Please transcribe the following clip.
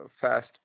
fast